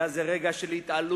היה זה רגע של התעלות